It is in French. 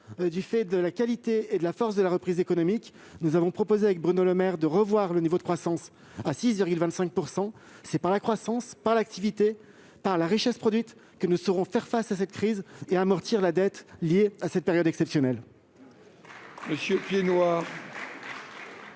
de la qualité et de la force de la reprise économique. Nous avons proposé, avec Bruno Le Maire, de revoir le niveau de croissance à 6,25 %. C'est par la croissance, par l'activité, par la richesse produite que nous saurons faire face à cette crise et amortir la dette liée à cette période exceptionnelle. La parole